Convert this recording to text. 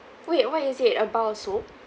wait what is it about so